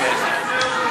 אז תיקח את הכסף,